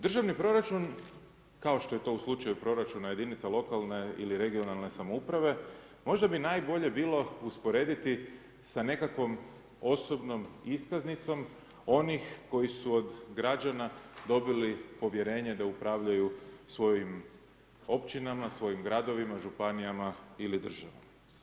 Državni proračun, kao što je to u slučaju proračuna jedinica lokalne ili regionalne samouprave možda bi najbolje bilo usporediti sa nekakvom osobnom iskaznicom onih koji su od građana dobili povjerenje da upravljaju svojim općinama, svojim gradovima, županijama ili državom.